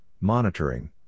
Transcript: monitoring